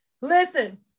Listen